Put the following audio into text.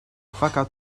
fakat